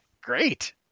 Great